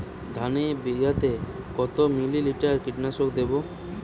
ধানে বিঘাতে কত মিলি লিটার কীটনাশক দেবো?